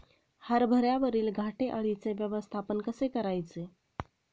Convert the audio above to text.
हरभऱ्यावरील घाटे अळीचे व्यवस्थापन कसे करायचे?